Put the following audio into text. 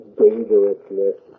dangerousness